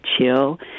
chill